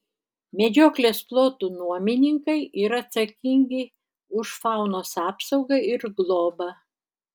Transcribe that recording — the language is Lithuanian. medžioklės plotų nuomininkai yra atsakingi už faunos apsaugą ir globą